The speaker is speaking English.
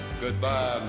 goodbye